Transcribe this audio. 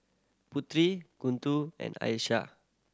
Putri Guntur and Aisyah